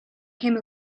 came